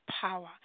power